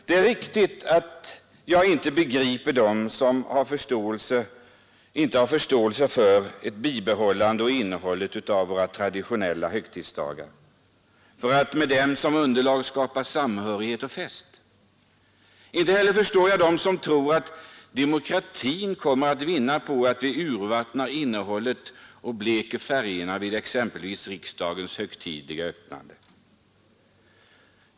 Det är riktigt att jag inte begriper dem som inte har förståelse för ett bibehållande av och innehållet i våra traditionella högtidsdagar för att med dessa som underlag skapa samhörighet och fest. Inte heller förstår jag dem som tror att demokratin skulle vinna på att vi urvattnar och bleker färgerna vid riksdagens högtidliga öppnande.